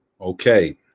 okay